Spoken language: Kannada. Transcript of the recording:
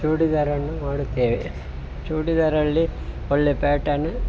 ಚೂಡಿದಾರವನ್ನು ಮಾಡುತ್ತೇವೆ ಚೂಡಿದಾರಲ್ಲಿ ಒಳ್ಳೆಯ ಪ್ಯಾಟರ್ನು